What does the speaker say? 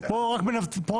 כאן רק מנתבים.